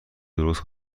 درست